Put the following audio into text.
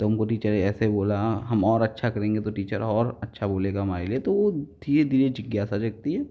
तो हमको टीचर ऐसे बोला हम और अच्छा करेंगे तो टीचर और अच्छा बोलेगा हमारे लिए तो धीरे धीरे जिज्ञासा जगती है